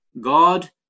God